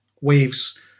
waves